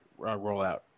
rollout